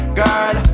girl